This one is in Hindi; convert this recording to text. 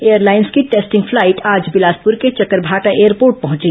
एयर एलाइंस की टेस्टिंग फ्लाइट आज बिलासपुर के चकरभाटा एयरपोर्ट पहुंची